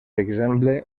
exemple